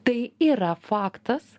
tai yra faktas